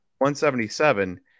177